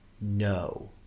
No